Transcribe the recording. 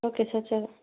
okay sir